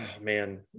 man